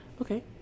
Okay